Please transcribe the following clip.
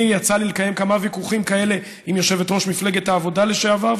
יצא לי לקיים כמה ויכוחים כאלה עם יושבת-ראש מפלגת העבודה לשעבר,